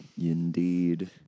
indeed